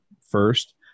first